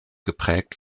geprägt